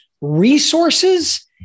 resources